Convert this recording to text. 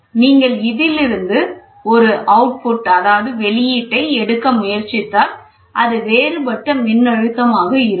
நீங்கள் இதிலிருந்து ஒரு வெளியீட்டை ஐ எடுக்க முயற்சித்தால் அது வேறுபட்ட மின்னழுத்தம் ஆக இருக்கும்